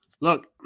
look